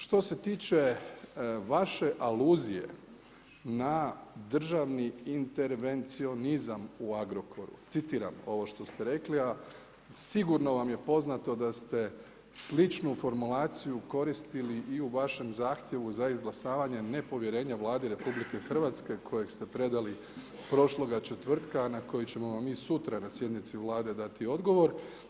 Što se tiče vaše aluzije na državni intervencionizam u Agrokoru, citiram ovo što ste rekli, a sigurno vam je poznato da ste sličnu formulaciju koristili i u vašem zahtjevu za izglasavanje nepovjerenja Vladi RH kojeg ste predali prošloga četvrtka a na koji ćemo vam mi sutra na sjednici Vlade dati odgovor.